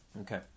Okay